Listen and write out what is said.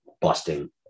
busting